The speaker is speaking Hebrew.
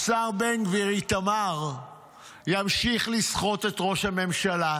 השר בן גביר איתמר ימשיך לסחוט את ראש הממשלה,